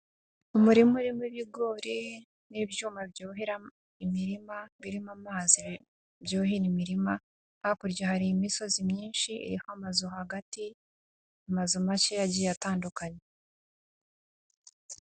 Umurima urimo ibigori n'ibyuma byuhira imirima birimo amazi byuhira imirima hakurya hari imisozi myinshi iriho amazu hagati y amazu makeya agiye atandukanye.